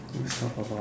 let's talk about